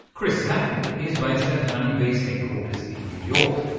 kris zacny is based at honeybee's headquarters in new york.